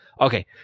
Okay